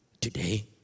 Today